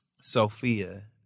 Sophia